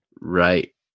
right